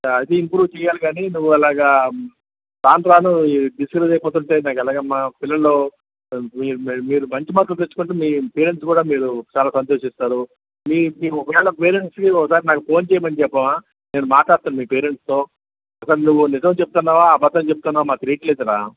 అది ఇంప్రూవ్ చేయాలిగాని నువ్వు అలాగా రానురాను డిస్కరేజు అయిపోతుంటే నాకు ఎలాగమ్మా పిల్లలు మరి మీరు మంచి మార్కులు తెచ్చుకుంటే మీ పేరెంట్స్ కూడా మీరు చాలా సంతోషిస్తారు మీ మీకోకవేల పేరెంట్స్ కి ఒకసారి నాకు ఫోన్ చేయమని చెప్పవా నేను మాట్లాడతాను మీ పేరెంట్స్ తో అసలు నువ్వు నిజం చెప్తున్నావా అబద్ధంచెప్తున్నావా మాకు తెలియట్లేదురా